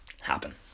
happen